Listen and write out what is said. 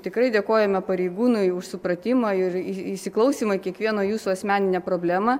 tikrai dėkojame pareigūnui už supratimą ir įsiklausymą į kiekvieno jūsų asmeninę problemą